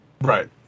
Right